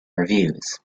reviews